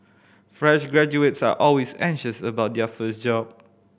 fresh graduates are always anxious about their first job